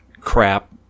crap